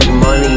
money